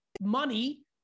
Money